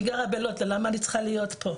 אני גרה בלוד ולמה אני צריכה להיות פה,